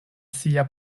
sia